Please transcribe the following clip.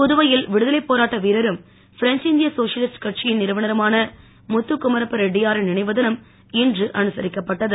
புதுவையில் விடுதலை போராட்ட வீரரும் பிரெஞ்சிந்திய சோஷலிஸ்ட் கட்சியின் நிறுவனருமான முத்துகுமரப்ப ரெட்டியாரின் நினைவு தினம் இன்று அனுசரிக்கப்பட்டது